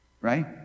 right